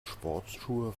sportschuhe